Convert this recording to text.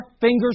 fingers